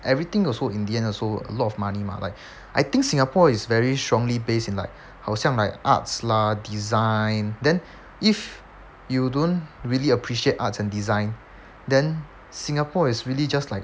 everything also in the end also a lot of money mah like I think singapore is very strongly based in like 好像 like arts lah design then if you don't really appreciate arts and design then singapore it's really just like